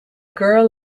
girl